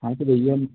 हाँ तो भैया